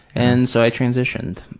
and so i transitioned.